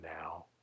now